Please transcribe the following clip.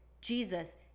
Jesus